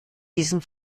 diesem